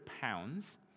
pounds